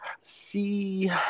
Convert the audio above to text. see